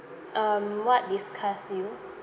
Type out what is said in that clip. um what disgusts you